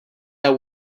out